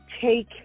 take